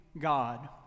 God